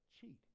cheat